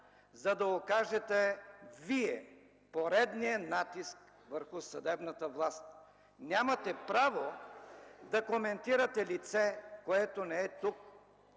за да окажете – Вие, поредния натиск върху съдебната власт. Нямате право да коментирате лице, което не е тук.